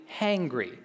hangry